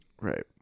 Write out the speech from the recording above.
Right